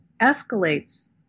escalates